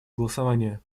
голосования